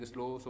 Slow